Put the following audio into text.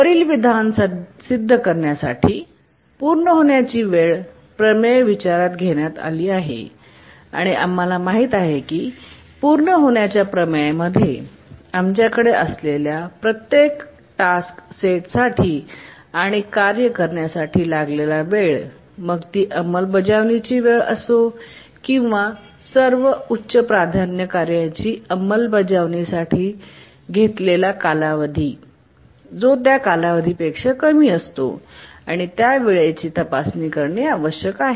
वरील विधान सिद्ध करण्यासाठी पूर्ण होण्याची वेळ प्रमेय विचारात घेण्यात आली आहे आणि आम्हाला माहित आहे की पूर्ण होण्याच्या प्रमेय मध्ये आमच्याकडे असलेल्या प्रत्येक टास्क सेटसाठी आणि कार्य करण्यासाठी लागलेला वेळ मग ती अंमलबजावणीची वेळ असो किंवा सर्व उच्च प्राधान्य कार्यांची अंमलबजावणी साठी घेतलेला कालावधी जो त्या कालावधी पेक्षा कमी असतो त्या वेळेची तपासणी करणे आवश्यक आहे